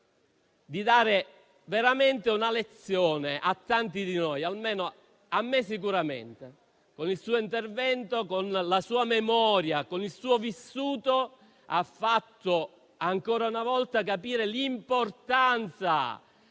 Segre dare una lezione a tanti di noi, almeno a me sicuramente. Con il suo intervento, con la sua memoria, con il suo vissuto, ha fatto ancora una volta capire l'importanza di